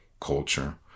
culture